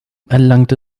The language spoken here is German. erlangte